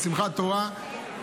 בשמחת תורה,